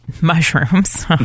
mushrooms